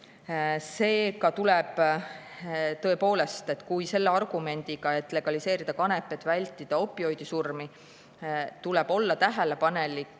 Seega tuleb tõepoolest selle argumendiga, et legaliseerida kanep, et vältida opioidisurmi, olla tähelepanelik